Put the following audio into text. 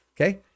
Okay